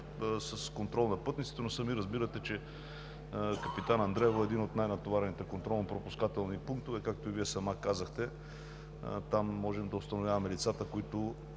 с контрол на пътниците. Сами разбирате, че „Капитан Андреево“ е един от най-натоварените контролно-пропускателни пунктове. Както и Вие сама казахте, там можем да установяваме лицата, които